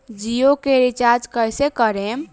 जियो के रीचार्ज कैसे करेम?